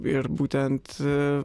ir būtent